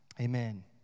Amen